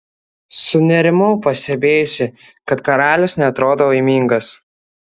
sunerimau pastebėjusi kad karalius neatrodo laimingas